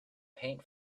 paint